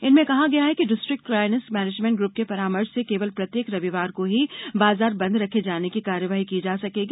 इनमें कहा गया है कि डिस्ट्रिक्ट क्रायसेस मैनेजमेंट ग्रूप के परामर्श से केवल प्रत्येक रविवार को ही बाजार बंद रखे जाने की कार्यवाही की जा सकेगी